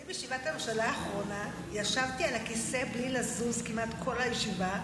אני בישיבת הממשלה האחרונה ישבתי על הכיסא בלי לזוז כמעט כל הישיבה,